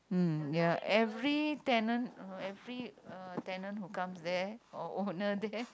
mm ya every tenant uh every uh tenant who comes there or owner there